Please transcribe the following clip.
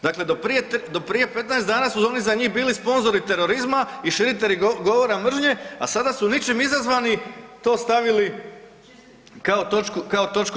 Dakle, do prije 15 dana su oni za njih bili sponzori terorizma i širitelji govora mržnje, a sada su ničim izazvani to stavili kao točku.